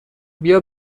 بیا